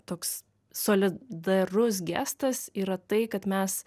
toks solidarus gestas yra tai kad mes